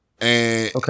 Okay